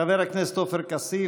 חבר הכנסת עופר כסיף,